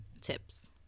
tips